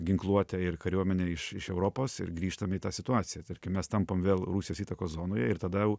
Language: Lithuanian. ginkluotę ir kariuomenę iš iš europos ir grįžtam į tą situaciją tarkim mes tampam vėl rusijos įtakos zonoje ir tada jau